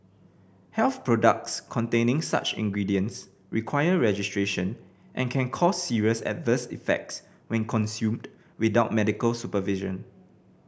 health products containing such ingredients require registration and can cause serious adverse effects when consumed without medical supervision